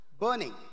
burning